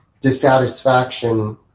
dissatisfaction